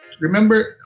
Remember